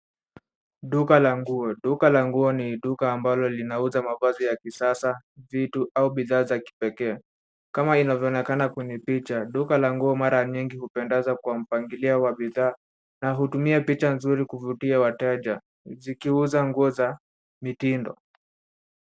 Duka la nguo. Duka la nguo ni duka ambalo linauza mavazi ya kisasa, vitu au bidhaa za kipekee. Kama inavyoonekana kwenye picha duka la nguo mara nyingi hupendeza kwa mpangilio wa bidhaa, na hutumia picha nzuri kuvutia wateja, zikiuza nguo za mitindo.